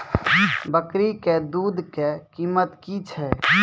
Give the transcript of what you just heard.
बकरी के दूध के कीमत की छै?